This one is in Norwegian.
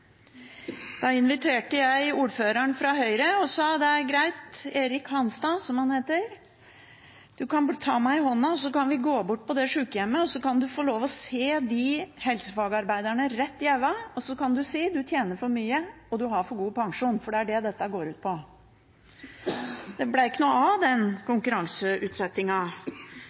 Da inviterte jeg ordføreren fra Høyre – Erik Hanstad, som han heter – og sa at det er greit, du kan ta meg i handa, så kan vi gå bort på det sykehjemmet, og så kan du få lov til å se de helsefagarbeiderne rett inn i øynene og si at du tjener for mye og du har for god pensjon. Det er det dette går ut på. Det ble ikke noe av den